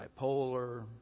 Bipolar